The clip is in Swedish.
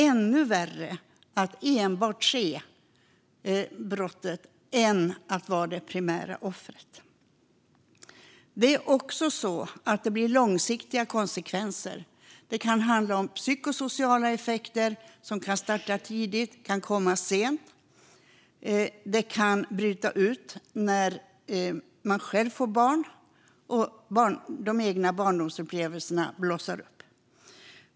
Det är också så att det ger långsiktiga konsekvenser. Det kan handla om psykosociala problem som kan visa sig tidigt eller sent. De kan bryta ut när man själv får barn och de egna barndomsupplevelserna blossar upp.